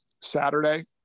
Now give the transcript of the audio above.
Saturday